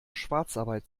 schwarzarbeit